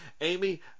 Amy